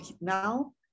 now